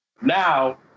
Now